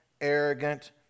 arrogant